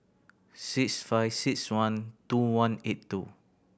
six five six one two one eight two